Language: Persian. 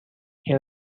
این